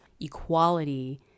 equality